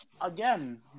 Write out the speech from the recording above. again